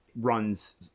runs